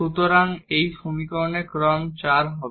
সুতরাং এই সমীকরণের ক্রম 4 হবে